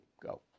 go